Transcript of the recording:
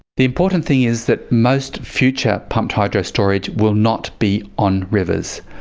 the important thing is that most future pumped hydro storage will not be on rivers.